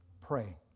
pray